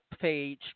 page